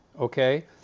Okay